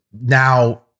Now